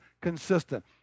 consistent